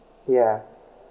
ya